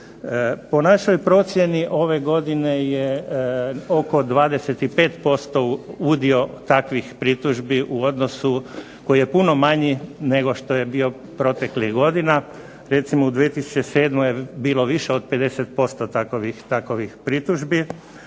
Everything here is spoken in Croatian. Po našoj procjeni ove godine je oko 25% udio takvih pritužbi u odnosu koji je puno manji nego što je bio proteklih godina. Recimo, u 2007. je bilo više od 50% takvih pritužbi,